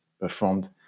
performed